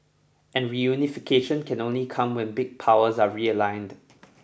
and reunification can only come when big powers are realigned